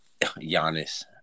Giannis